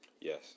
Yes